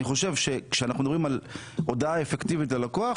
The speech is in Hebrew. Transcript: חושב שכאשר אנחנו מדברים על הודעה אפקטיבית ללקוח,